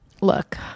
look